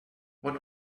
what